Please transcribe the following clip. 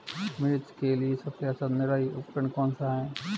मिर्च के लिए सबसे अच्छा निराई उपकरण कौनसा है?